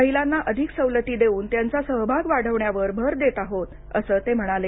महिलांना अधिक सवलती देऊन त्यांचा सहभाग वाढवण्यावर भर देत आहोत असं ते म्हणाले